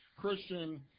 Christian